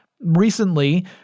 Recently